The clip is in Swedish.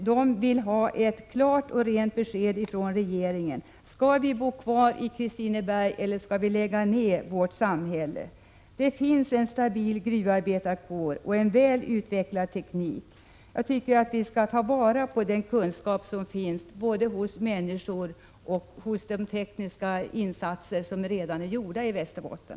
De vill ha ett klart och rent besked från regeringen på sin fråga: Skall vi bo kvar i Kristineberg eller skall vi lägga ned vårt samhälle? Det finns en stabil gruvarbetarkår och en väl utvecklad teknik. Vi skall ta vara på den kunskap som finns hos människorna och de tekniska insatser som redan är gjorda i Västerbotten.